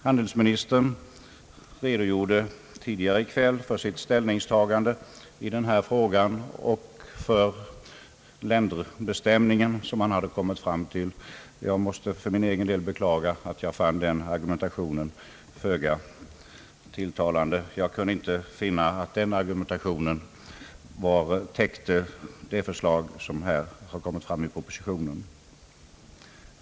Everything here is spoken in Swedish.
Handelsministern redogjorde tidigare i kväll för sitt ställningstagande i denna fråga och för länderbestämningen: som han 'hade kommit fram till. Jag måste för min del beklaga att jag fann den argumentationen föga tilltalande. Jag kunde inte finna att den argumentationen täckte det förslag som har kommit fram här i propositionen.